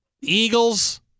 Eagles